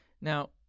Now